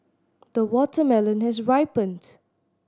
the watermelon has ripened